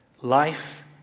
Life